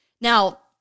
now